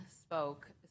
spoke